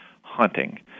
hunting